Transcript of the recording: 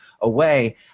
away